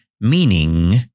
meaning